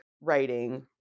writing